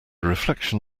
reflection